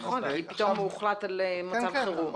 נכון, כי פתאום הוחלט על מצב חירום.